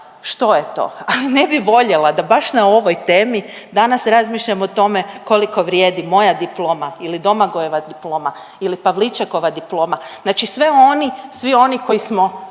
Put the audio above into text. što je to, ali ne bi voljela da baš na ovoj temi danas razmišljam o tome koliko vrijedi moja diploma ili Domagojeva diploma ili Pavličekova diploma. Znači sve oni, svi oni koji smo